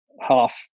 half